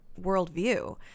worldview